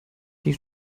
die